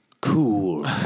Cool